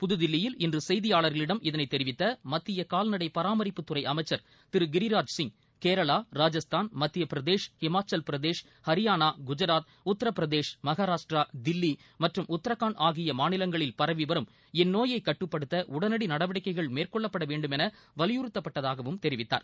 புதுதில்லியில் இன்று செய்தியாளர்களிடம் இதனைத் தெரிவித்த மத்திய கால்நடை பராமரிப்புத்துறை அமைச்சர் திரு கிரிராஜ் சிங் கேரளா ராஜஸ்தான் மத்தியப் பிரதேஷ் ஹிமாச்சல் பிரதேஷ் ஹரியானா குஜராத் உத்தரப் பிரதேஷ் மகாராஷ்டிரா தில்லி மற்றும் உத்தராகண்ட் ஆகிய மாநிலங்களில் பரவி வரும் இந்நோயைக் கட்டுப்படுத்த உடனடி நடவடிக்கைகள் மேற்கொள்ளப்பட வேண்டும் என வலியுறத்தப்பட்டுள்ளதாகவும் தெரிவித்தார்